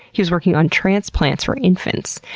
he was working on transplants for infants.